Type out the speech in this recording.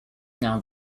now